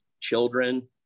children